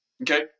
Okay